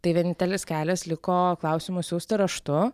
tai vienintelis kelias liko klausimus siųsti raštu